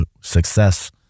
success